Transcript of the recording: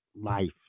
life